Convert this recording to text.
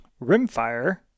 Rimfire